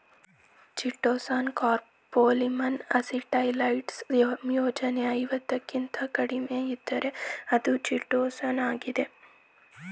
chitosan ಕೋಪೋಲಿಮರ್ನ acetylised ಸಂಯೋಜನೆ ಐವತ್ತಕ್ಕಿಂತ ಕಡಿಮೆಯಿದ್ದರೆ ಅದು ಚಿಟೋಸಾನಾಗಿದೆ